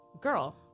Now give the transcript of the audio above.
girl